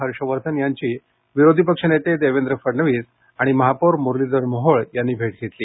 हर्ष वर्धन यांची विरोधीपक्ष नेते देवेंद्र फडणवीस आणि महापौर मुरलीधर मोहोळ यांनी भेट घेतली